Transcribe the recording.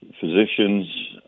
physicians